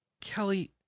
Kelly